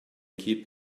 keep